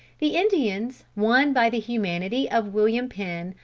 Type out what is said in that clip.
the indians, won by the humanity of william penn,